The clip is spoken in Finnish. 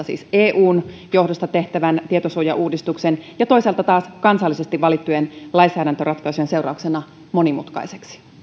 siis toisaalta eun johdosta tehtävän tietosuojauudistuksen ja toisaalta taas kansallisesti valittujen lainsäädäntöratkaisujen seurauksena monimutkaiseksi